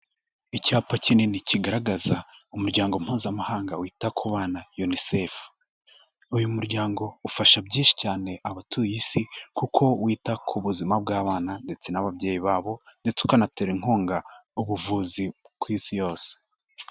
Icyapa kinini kigaragaza umuryango mpuzamahanga wita ku bana UNICEF, uyu muryango ufasha byinshi cyane abatuye isi kuko wita kubuzima bw'abana ndetse n'ababyeyi babo ndetse ukanatera inkunga ubuvuzi ku isi yose.